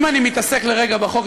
אם אני מתעסק לרגע בחוק,